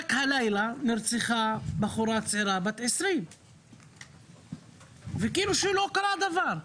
רק הלילה נרצחה בחורה צעירה בת 20. וכאילו שלא קרה דבר.